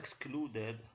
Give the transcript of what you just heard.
excluded